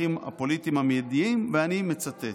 לצרכים הפוליטיים המיידיים, ואני מצטט.